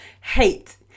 Hate